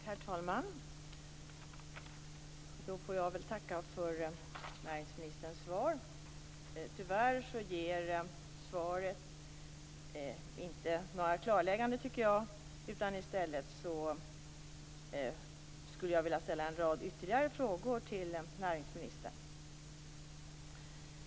Herr talman! Jag får väl tacka för näringsministerns svar. Tyvärr tycker jag inte att svaret ger några klarlägganden. Därför skulle jag vilja ställa en rad ytterligare frågor till näringsministern.